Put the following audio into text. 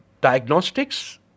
diagnostics